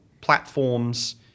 platforms